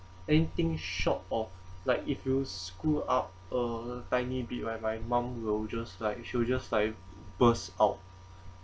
anything short of like if you screw up a tiny bit my my mum will just like she would just like burst out